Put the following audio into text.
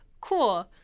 cool